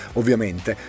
ovviamente